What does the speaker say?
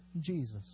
Jesus